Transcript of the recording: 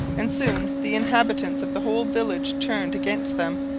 and soon the inhabitants of the whole village turned against them.